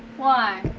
why?